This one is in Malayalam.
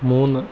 മൂന്ന്